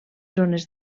zones